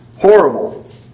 horrible